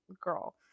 girl